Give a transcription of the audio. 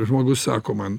žmonės sako man